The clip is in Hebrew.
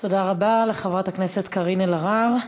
תודה רבה לחברת הכנסת קארין אלהרר.